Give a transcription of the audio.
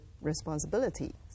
responsibility